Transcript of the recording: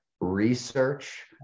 research